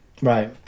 right